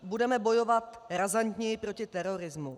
Budeme bojovat razantněji proti terorismu.